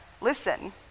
Listen